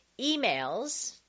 emails